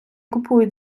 купують